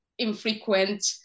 Infrequent